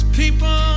people